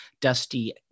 Dusty